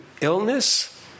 illness